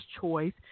choice